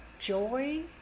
joy